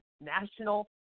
national